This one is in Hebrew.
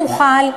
ולא נוכל,